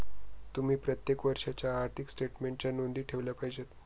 तुम्ही प्रत्येक वर्षाच्या आर्थिक स्टेटमेन्टच्या नोंदी ठेवल्या पाहिजेत